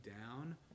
down